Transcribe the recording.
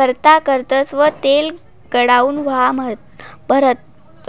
करता करतस व तेले गोडाऊन म्हा भरतस